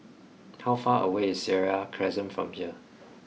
how far away is Seraya Crescent from here